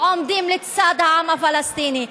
עומדים לצד העם הפלסטיני.